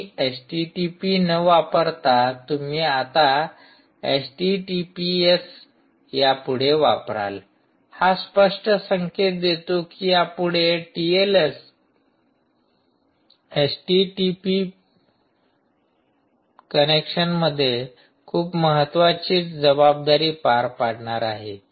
तुम्ही एचटीटीपी न वापरता तुम्ही आता एचटीटीपीएस यापुढे वापराल हा स्पष्ट संकेत देतो की यापुढे टीएलएस एचटीटीपी कनेक्शनमध्ये खूप महत्वाची जबाबदारी पार पाडणार आहे